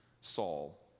Saul